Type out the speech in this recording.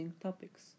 topics